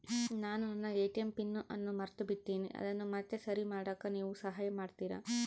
ನಾನು ನನ್ನ ATM PIN ಅನ್ನು ಮರೆತುಬಿಟ್ಟೇನಿ ಅದನ್ನು ಮತ್ತೆ ಸರಿ ಮಾಡಾಕ ನೇವು ಸಹಾಯ ಮಾಡ್ತಿರಾ?